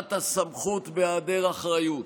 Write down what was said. לקיחת הסמכות והיעדר אחריות.